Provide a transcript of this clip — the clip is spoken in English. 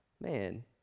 Man